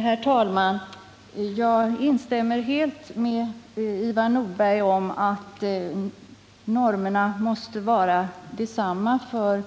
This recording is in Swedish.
Herr talman! Jag instämmer helt med Ivar Nordberg om att normerna måste vara desamma för